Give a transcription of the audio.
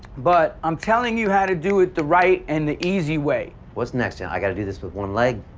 but i'm telling you how to do it the right and the easy way. what's next, and i've gotta do this with one leg?